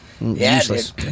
useless